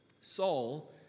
Saul